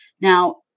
Now